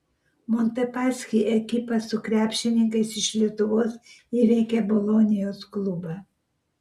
montepaschi ekipa su krepšininkais iš lietuvos įveikė bolonijos klubą